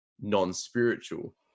non-spiritual